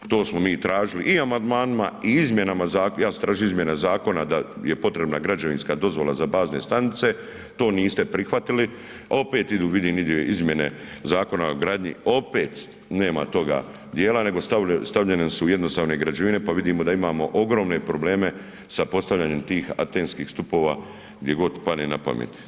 To smo mi tražili i amandmanima i izmjenama zakona, ja sam tražio izmjene zakona da je potrebna građevinska dozvola za bazne stanice, to niste prihvatili, a opet vidim idu izmjene Zakona o gradnji, opet nema toga dijela nego stavljene su jednostavne građevine, pa vidimo da imamo ogromne probleme sa postavljanjem tih antenskih stupova gdje god padne napamet.